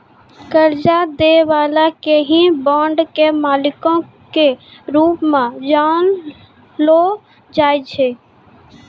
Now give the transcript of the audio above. कर्जा दै बाला के ही बांड के मालिको के रूप मे जानलो जाय छै